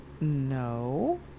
No